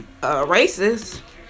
racist